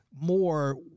more